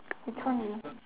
which one you